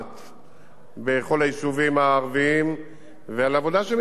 בכל היישובים הערביים ועל העבודה שמתבצעת בכלל.